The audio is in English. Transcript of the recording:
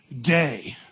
day